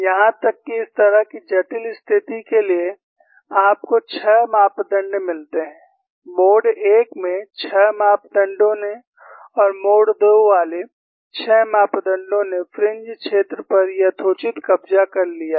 यहां तक कि इस तरह की जटिल स्थिति के लिए आपको 6 मापदंड मिलते हैं मोड 1 में 6 मापदंडों ने और मोड 2 वाले 6 मापदंडों ने फ्रिंज क्षेत्र पर यथोचित कब्जा कर लिया है